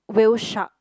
Whale Shark